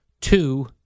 Two